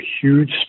huge